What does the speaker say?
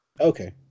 Okay